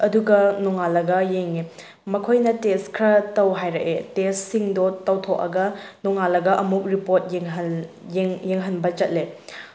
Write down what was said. ꯑꯗꯨꯒ ꯅꯣꯡꯉꯥꯟꯂꯒ ꯌꯦꯡꯉꯦ ꯃꯈꯣꯏꯅ ꯇꯦꯁ ꯈꯔꯥ ꯇꯧ ꯍꯥꯏꯔꯛꯑꯦ ꯇꯦꯁꯁꯤꯡꯗꯣ ꯇꯧꯊꯣꯛꯑꯒ ꯅꯣꯡꯉꯥꯟꯂꯒ ꯑꯃꯨꯛ ꯔꯤꯄꯣꯔꯠ ꯌꯦꯡꯍꯟꯕ ꯆꯠꯂꯦ